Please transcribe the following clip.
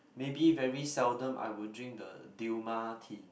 maybe very seldom I would drink the Dilmah tea